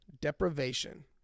Deprivation